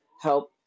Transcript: help